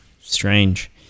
strange